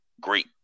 great